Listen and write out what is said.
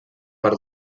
per